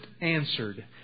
answered